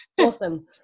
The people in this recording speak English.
awesome